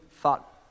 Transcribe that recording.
thought